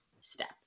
step